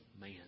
man